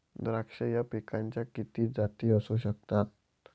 द्राक्ष या पिकाच्या किती जाती असू शकतात?